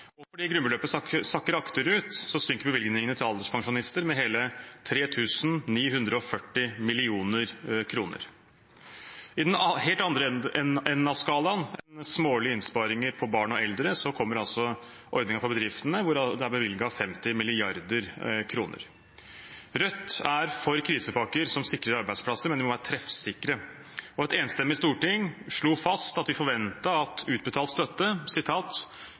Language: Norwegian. Og fordi grunnbeløpet sakker akterut, synker bevilgningene til alderspensjonister med hele 3 940 mill. kr. I den helt andre enden av skalaen enn smålige innsparinger på barn og eldre kommer altså ordningen for bedriftene, hvor det er bevilget 50 mrd. kr. Rødt er for krisepakker som sikrer arbeidsplasser, men de må være treffsikre. Et enstemmig storting slo fast at vi forventet at utbetalt støtte